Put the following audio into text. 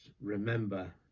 remember